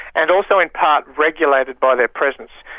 and also in part regulated by their presence.